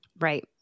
Right